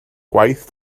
gwaith